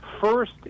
First